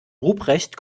ruprecht